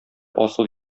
асыл